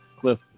Cliff